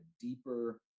deeper